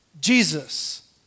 Jesus